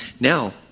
Now